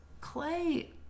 Clay